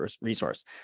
resource